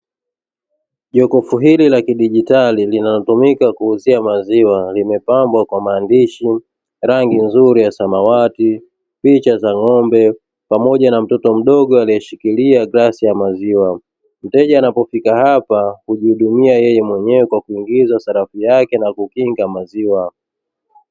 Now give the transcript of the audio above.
Jokofu hili la kidijitali linalotumika kuhifadhia maziwa, limepambwa kwa maandishi, rangi nzuri ya samawati, picha za ng'ombe pamoja na mtoto mdogo aliyeshikilia glasi ya maziwa, mteja anapofika hapa hujihudumia yeye mwenyewe kwa kuingiza sarafu yake na kukinga maziwa.